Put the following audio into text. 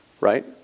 right